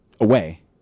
away